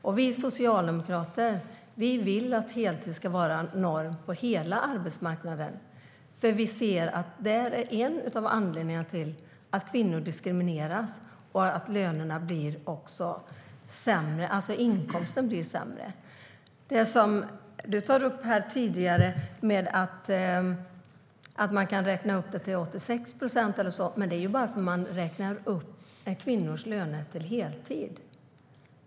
Det som du, Lars Püss, tog upp här tidigare om att kvinnors löner kan räknas upp till 86 procent av männens beror på att man räknar upp kvinnors löner till heltidslöner.